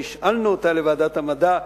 שהשאלנו אותה לוועדת המדע,